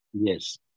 Yes